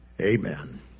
Amen